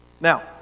Now